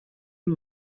amb